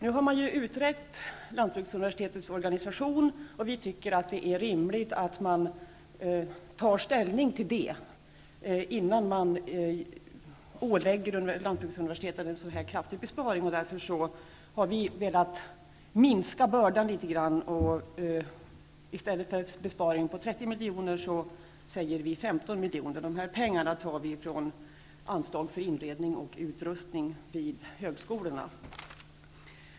Nu har man utrett lantbruksuniversitetets organisation, och vi tycker att det är rimligt att man tar ställning till det innan man ålägger lantbruksuniversitetet en så kraftig besparing. Därför har vi velat minska bördan litet. I stället för en besparing på 30 miljoner säger vi 15 miljoner. De pengarna tar vi från anslag för inredning och utrustning vid högskolorna.